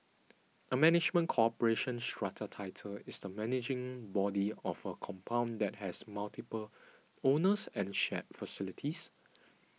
a management corporation strata title is the managing body of a compound that has multiple owners and shared facilities